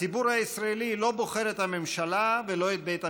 הציבור הישראלי לא בוחר את הממשלה ולא את בית המשפט.